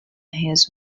his